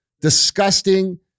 disgusting